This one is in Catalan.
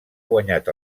guanyat